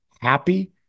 happy